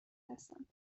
هستند